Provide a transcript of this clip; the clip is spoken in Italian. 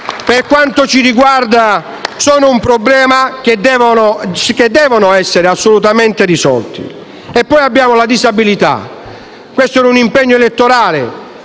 Per quanto ci riguarda, sono problemi che devono essere assolutamente risolti. Poi abbiamo la disabilità, che è un impegno elettorale